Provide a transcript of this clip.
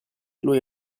lui